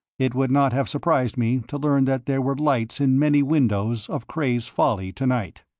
it would not have surprised me to learn that there were lights in many windows of cray's folly to-night.